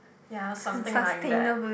ya something like that